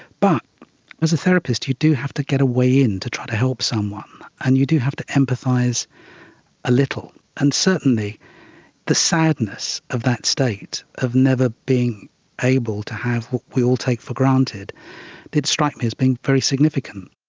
but as a therapist you do have to try to get a way in to try to help someone, and you do have to empathise a little. and certainly the sadness of that state of never being able to have what we all take for granted did strike me as being very significant.